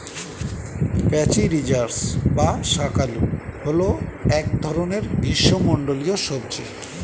প্যাচিরিজাস বা শাঁকালু হল এক ধরনের গ্রীষ্মমণ্ডলীয় সবজি